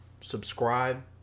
subscribe